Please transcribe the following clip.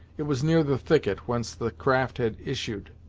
it was near the thicket whence the raft had issued,